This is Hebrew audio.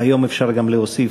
והיום אפשר להוסיף,